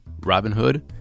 Robinhood